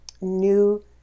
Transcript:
new